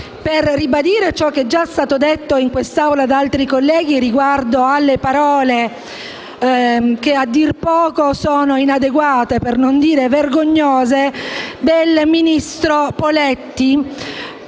per ribadire ciò che è già stato detto in quest'Aula da altri colleghi riguardo alle parole a dir poco inadeguate, per non dire vergognose, del ministro Poletti,